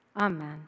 Amen